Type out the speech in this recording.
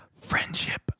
friendship